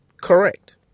Correct